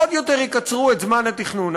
עוד יותר יקצרו את זמן התכנון.